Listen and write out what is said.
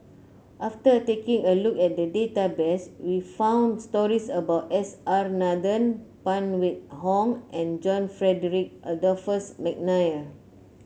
after taking a look at the database we found stories about S R Nathan Phan Wait Hong and John Frederick Adolphus McNair